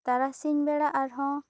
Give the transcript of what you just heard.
ᱛᱟᱨᱟᱥᱤᱧ ᱵᱮᱲᱟ ᱟᱨᱦᱚᱸ